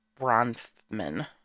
Bronfman